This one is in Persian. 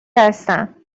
هستم